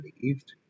believed